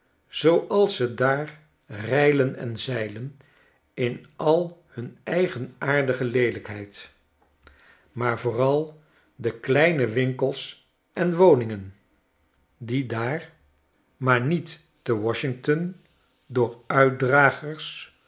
zooals ze daar reilen en zeilen in al hun eigenaardige leelijkheid maar ivooral de kleine winkels en woningen washington die daar maar niet te washington door